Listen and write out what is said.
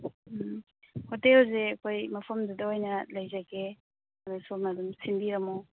ꯎꯝ ꯍꯣꯇꯦꯜꯁꯦ ꯑꯩꯈꯣꯏ ꯃꯐꯝꯗꯨꯗ ꯑꯣꯏꯅ ꯂꯩꯖꯒꯦ ꯑꯗꯨ ꯁꯣꯝꯅ ꯑꯗꯨꯝ ꯁꯤꯟꯕꯤꯔꯝꯃꯣ